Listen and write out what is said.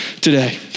today